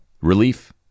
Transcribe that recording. relief